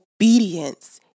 Obedience